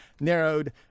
narrowed